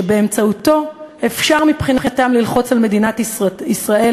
שבאמצעותו אפשר מבחינתם ללחוץ על מדינת ישראל